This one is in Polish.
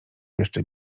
jeszcze